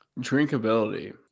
drinkability